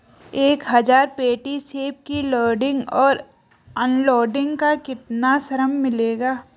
एक हज़ार पेटी सेब की लोडिंग और अनलोडिंग का कितना श्रम मिलेगा?